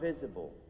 visible